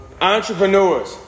Entrepreneurs